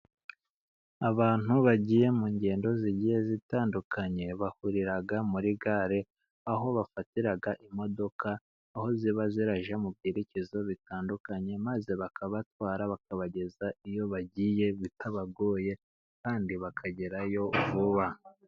Abantu bagiye mu ngendo zigiye zitandukanye， bahurira muri gare，aho bafatira imodoka，aho ziba zirajya mu byerekezo bitandukanye， maze bakabatwara， bakabageza iyo bagiye bitabagoye，kandi bakagerayo vuba.